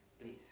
Please